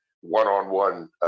one-on-one